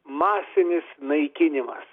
masinis naikinimas